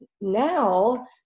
now